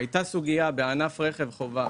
הייתה סוגיה בענף רכב חובה